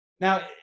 Now